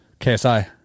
KSI